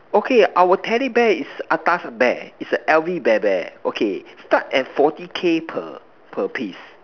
okay our teddy bear is atas bear is a L_V bear bear okay start at forty K per per piece